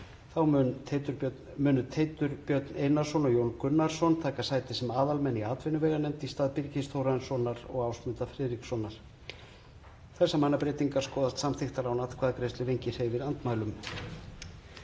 Þá munu Teitur Björn Einarsson og Jón Gunnarsson taka sæti sem aðalmenn í atvinnuveganefnd í stað Birgis Þórarinssonar og Ásmundar Friðrikssonar. Þessar mannabreytingar skoðast samþykktar án atkvæðagreiðslu ef enginn hreyfir andmælum